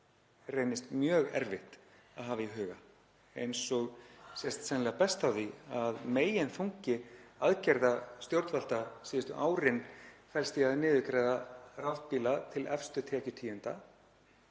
reynist mjög erfitt að hafa í huga, eins og sést sennilega best á því að meginþungi aðgerða stjórnvalda síðustu árin felst í að niðurgreiða rafbíla til efstu tekjutíundar